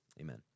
Amen